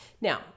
Now